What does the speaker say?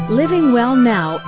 livingwellnow